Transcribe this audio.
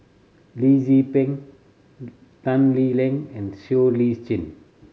Lee Tzu Pheng Tan Lee Leng and Siow Lee Chin